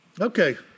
Okay